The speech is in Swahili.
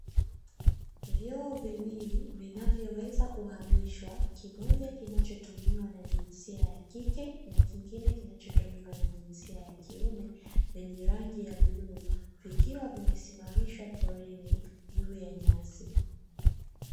Vyoo viwili vinavyoweza kuhamishwa, kimoja kinachotumiwa na jinsia ya kike na kingine kinachotumiwa na jinsia ya kiume, vyenye rangi ya bluu vikiwa vimesimamishwa porini juu ya nyasi.